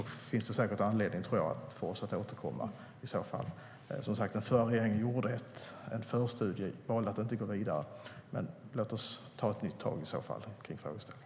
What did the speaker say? Det finns säkert anledning för oss att återkomma då. Den förra regeringen gjorde som sagt en förstudie, men valde att inte gå vidare. Låt oss ta ett nytt tag i denna frågeställning.